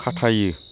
खाथायो